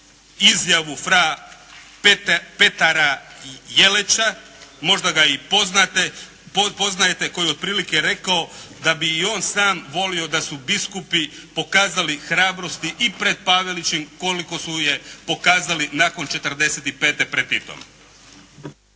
izjavu fra Petra Jelića. Možda ga i poznajete koji je otprilike rekao da bi i on sam volio da su biskupi pokazali hrabrosti i pred Pavelićem koliko su je pokazali nakon '45.-te pred Titom.